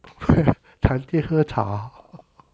谈天喝茶啊